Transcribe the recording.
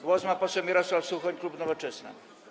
Głos ma poseł Mirosław Suchoń, klub Nowoczesna.